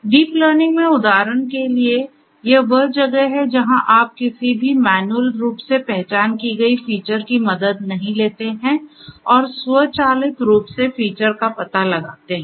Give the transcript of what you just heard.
deep learning में उदाहरण के लिए यह वह जगह है जहाँ आप किसी भी मैन्युअल रूप से पहचान की गई फीचर की मदद नहीं लेते हैं और स्वचालित रूप से फीचर का पता लगाते हैं